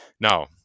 Now